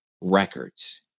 records